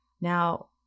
Now